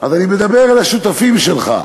אני מדבר אל השותפים שלך,